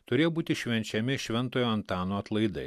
turėjo būti švenčiami šventojo antano atlaidai